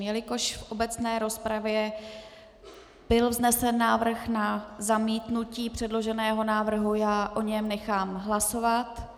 Jelikož v obecné rozpravě byl vznesen návrh na zamítnutí předloženého návrhu, já o něm nechám hlasovat.